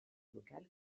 local